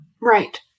right